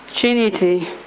Trinity